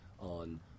on